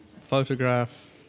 Photograph